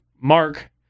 mark